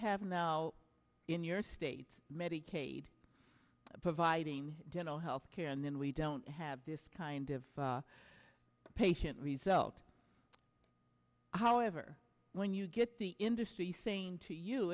have now in your state's medicaid providing dental health care and then we don't have this kind of patient result however when you get the industry saying to you